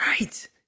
right